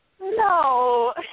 No